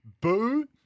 boo